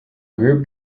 group